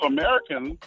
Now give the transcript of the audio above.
Americans